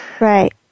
Right